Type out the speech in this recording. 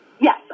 Yes